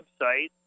website